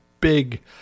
big